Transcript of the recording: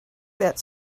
that